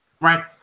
Right